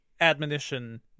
admonition